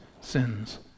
sins